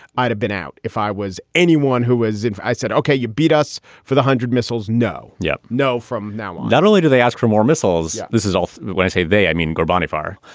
i'd have been out if i was anyone who was. i said, ok, you beat us for the hundred missiles. no. yeah. no. from now not only do they ask for more missiles. yeah this is um when i say they i mean ghorbanifar.